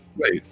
Wait